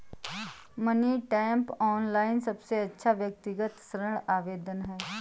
money tap, online सबसे अच्छा व्यक्तिगत ऋण आवेदन है